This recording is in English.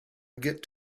get